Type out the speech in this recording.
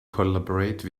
collaborate